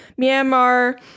Myanmar